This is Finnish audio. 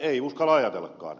ei uskalla ajatellakaan